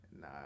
Nah